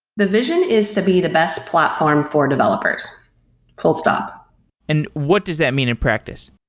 the vision is to be the best platform for developers full stop and what does that mean in practice?